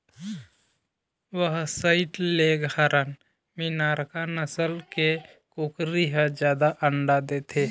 white Leghorn, Minorca नसल के कुकरी ह जादा अंडा देथे